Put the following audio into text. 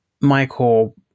Michael